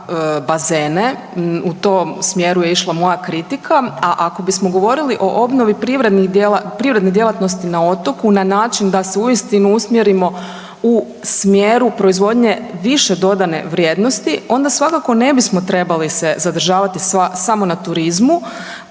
bazene u tom smjeru je išla moja kritika, a ako bismo govorili o obnovi privrednih djelatnosti na otoku na način da se uistinu usmjerimo u smjeru proizvodnje više dodane vrijednosti onda svakako ne bismo trebali se zadržavati samo na turizmu.